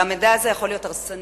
והמידע הזה יכול להיות הרסני